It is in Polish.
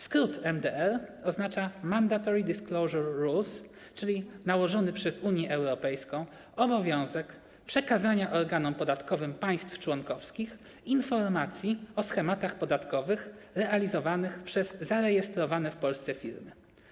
Skrót MDR oznacza Mandatory Disclosure Rules, czyli nałożony przez Unię Europejską obowiązek przekazania organom podatkowym państw członkowskich informacji o schematach podatkowych realizowanych przez zarejestrowane w Polsce firmy.